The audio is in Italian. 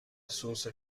assunse